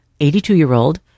82-year-old